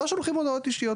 לא שולחים הודעות אישיות.